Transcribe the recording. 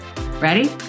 Ready